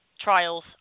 trials